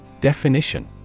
Definition